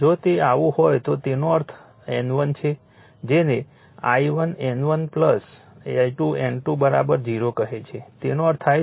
જો તે આવું હોય તો તેનો અર્થ N1 છે જેને I1 N1 I2 N2 0 કહે છે તેનો અર્થ થાય છે